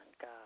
God